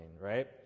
right